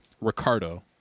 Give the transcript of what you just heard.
Ricardo